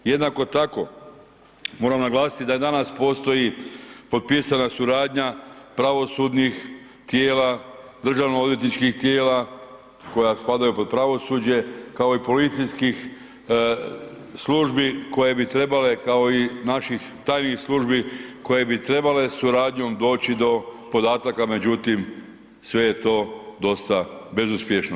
Jednako tako moram naglasiti da i danas postoji potpisana suradnja pravosudnih tijela, državno odvjetničkih tijela koja spadaju pod pravosuđe kao i policijskih službi koje bi trebale, kao i naših tajnih službi koje bi trebale suradnjom doći do podataka međutim se je to dostav bezuspješno.